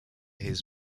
his